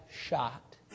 shot